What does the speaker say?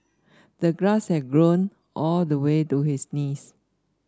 the grass had grown all the way to his knees